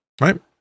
right